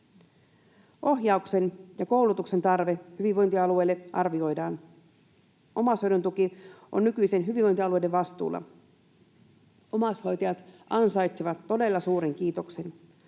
Ohjauksen ja koulutuksen tarve hyvinvointialueille arvioidaan. Omaishoidon tuki on nykyisin hyvinvointialueiden vastuulla. Omaishoitajat ansaitsevat todella suuren kiitoksen.